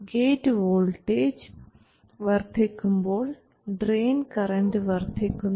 gate voltage വർദ്ധിക്കുമ്പോൾ drain current വർദ്ധിക്കുന്നു